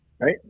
Right